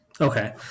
okay